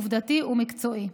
עובדתי ומקצועי.